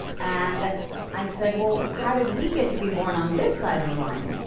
and i said, well how did we get to be born on this side of the line?